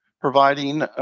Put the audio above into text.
providing